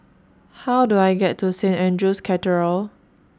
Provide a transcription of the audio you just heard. How Do I get to Saint Andrew's Cathedral